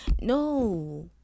no